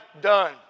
done